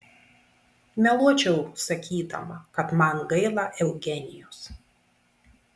meluočiau sakydama kad man gaila eugenijos